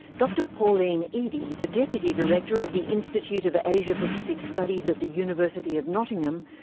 dr pauline eadie, the deputy director of the institute of asia pacific studies at the university of nottingham,